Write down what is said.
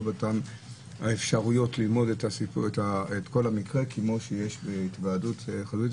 לא באותן אפשרויות ללמוד את המקרה כפי שיש בהתוועדות רגילה.